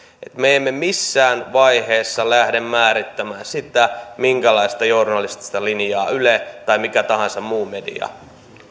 me emme missään vaiheessa lähde määrittämään sitä minkälaista journalistista linjaa yle tai mikä tahansa muu media